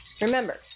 Remember